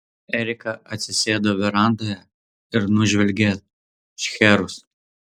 erika atsisėdo verandoje ir nužvelgė šcherus